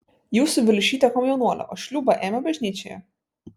jūsų viliušytė komjaunuolė o šliūbą ėmė bažnyčioje